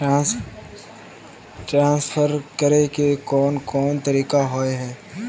Transfer करे के कोन कोन तरीका होय है?